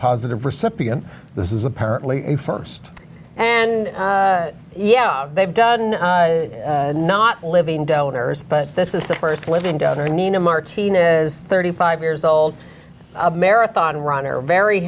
positive recipient this is apparently a first and yeah they've done not living donors but this is the first living donor nina martinez thirty five years old a marathon runner a very